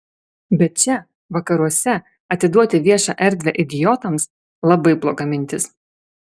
bet čia vakaruose atiduoti viešą erdvę idiotams labai bloga mintis